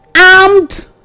armed